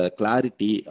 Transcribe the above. clarity